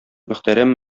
мөхтәрәм